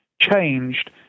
changed